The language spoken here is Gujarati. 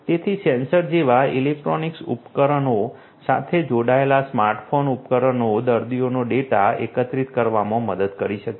તેથી સેન્સર જેવા ઇલેક્ટ્રોનિક ઉપકરણો સાથે જોડાયેલા સ્માર્ટફોન ઉપકરણો દર્દીઓનો ડેટા એકત્રિત કરવામાં મદદ કરી શકે છે